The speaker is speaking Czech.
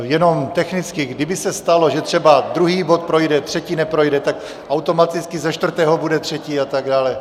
Jenom technicky: kdyby se stalo, že třeba druhý bod projde, třetí neprojde, tak automaticky ze čtvrtého bude třetí a tak dále.